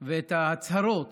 ואת ההצהרות